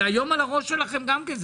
זה היום על הראש שלכם גם כן.